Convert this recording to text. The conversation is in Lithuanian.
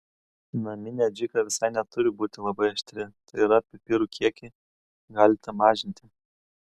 naminė adžika visai neturi būti labai aštri tai yra pipirų kiekį galite mažinti